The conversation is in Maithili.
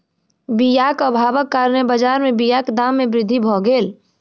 बीयाक अभावक कारणेँ बजार में बीयाक दाम में वृद्धि भअ गेल